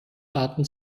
daten